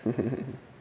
okay